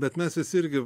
bet mes visi irgi